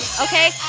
okay